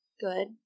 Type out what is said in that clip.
Good